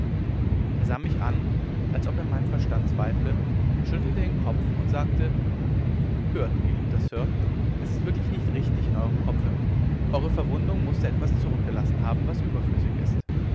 er sah mich an als ob er an meinem verstande zweifle schüttelte den kopf und sagte hört geliebter sir es ist wirklich nicht richtig in eurem kopfe eure verwundung muß da etwas zurückgelassen haben was überflüssig ist